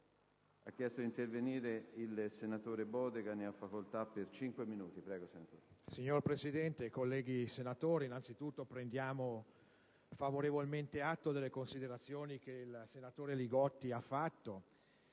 Signor Presidente, colleghi senatori, innanzitutto prendiamo favorevolmente atto delle considerazioni del senatore Li Gotti e